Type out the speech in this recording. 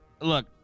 Look